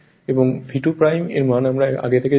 এবং V2 এর মান আমরা আগে থেকেই জানি